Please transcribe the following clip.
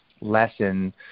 lesson